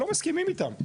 לא מסכימים איתם,